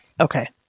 Okay